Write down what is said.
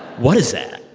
what is that?